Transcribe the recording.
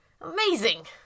Amazing